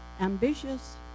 ambitious